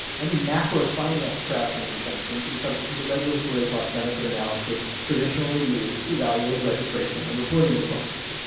any macro finance crowdfunding exemption should be subject to the regulatory costbenefit analysis traditionally used to valuate registration and reporting requirements.